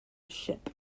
ship